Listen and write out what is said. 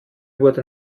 wurde